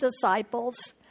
disciples